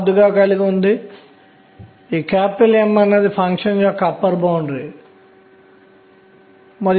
ఇది R2e2π తప్ప మరొకటి కాదు అనేది చుట్టూ తిరిగేది R2e2